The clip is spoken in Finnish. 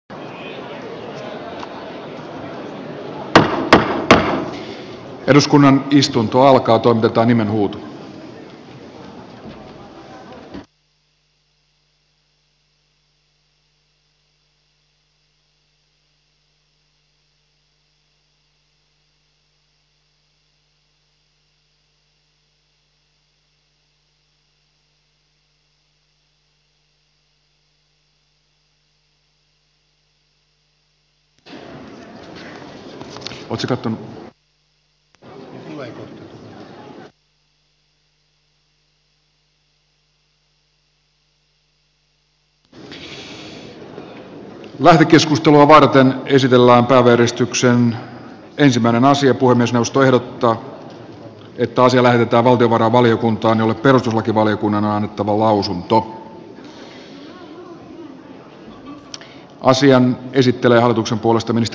lämpökeskusta varten esitellä yhdistyksen ensimmäinen asia kuin myös puhemiesneuvosto ehdottaa että asia lähetetään valtiovarainvaliokuntaan jolle perustuslakivaliokunnan on annettava lausunto